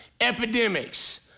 epidemics